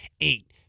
eight